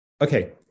Okay